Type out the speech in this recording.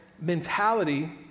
mentality